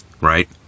right